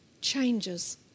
changes